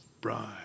bride